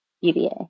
UVA